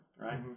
Right